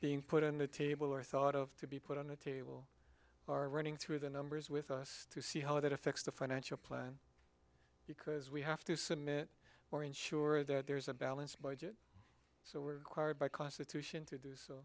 being put on the table or thought of to be put on the table are running through the numbers with us to see how that affects the financial plan because we have to submit or ensure that there's a balanced budget so we're by constitution to do so